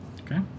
okay